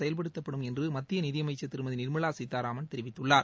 செயல்படுத்தப்படும் என்று மத்திய நிதியமைச்சர் திருமதி நிர்மலா சீதாராமன் தெரிவித்துள்ளார்